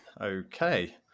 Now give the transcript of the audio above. Okay